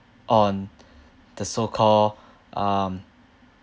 on the so-called um